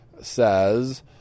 says